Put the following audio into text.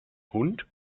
hund